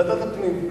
לוועדת הפנים.